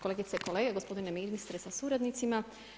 Kolegice i kolege, gospodine ministre sa suradnicima.